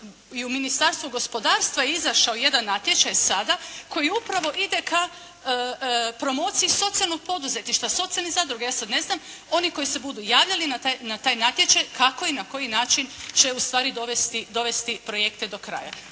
i u Ministarstvu gospodarstva je izašao jedan natječaj sada koji upravo ide ka promociji socijalnog poduzetništva, socijalnih zadruga. Ja sad ne znam. Oni koji se budu javljali na taj natječaj kako i na koji način će u stvari dovesti projekte do kraja.